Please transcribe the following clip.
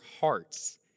hearts